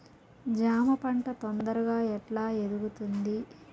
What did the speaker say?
జామ పంట తొందరగా ఎట్లా ఎదుగుతుంది?